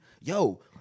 Yo